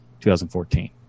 2014